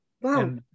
wow